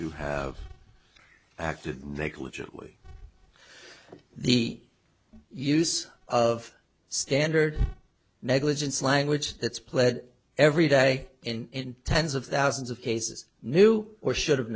to have acted negligently the use of standard negligence language that's pled every day in tens of thousands of cases knew or should